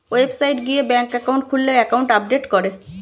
website গিয়ে bank account খুললে account update করে